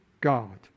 God